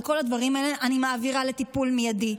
את כל הדברים האלה אני מעבירה לטיפול מיידי,